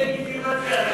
דה-לגיטימציה.